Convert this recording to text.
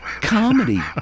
comedy